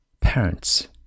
parents